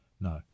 no